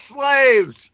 slaves